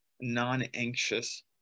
non-anxious